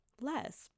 less